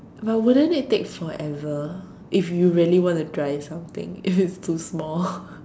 but wouldn't it take forever if you really wanna dry something if it's too small